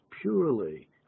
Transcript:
purely